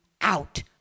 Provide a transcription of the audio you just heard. out